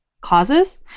causes